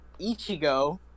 Ichigo